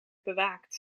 bewaakt